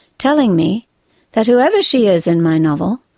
telling me that whoever she is in my novel,